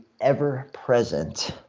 ever-present